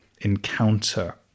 encounter